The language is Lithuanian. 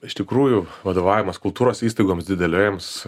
iš tikrųjų vadovavimas kultūros įstaigoms didelėms